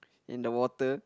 in the water